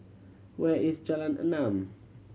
where is Jalan Enam